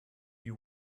you